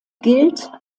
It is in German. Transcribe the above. gilt